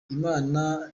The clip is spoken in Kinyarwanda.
imana